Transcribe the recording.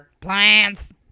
Plants